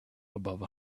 above